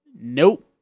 Nope